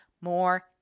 more